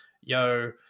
yo